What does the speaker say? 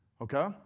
Okay